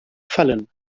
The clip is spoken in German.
fallen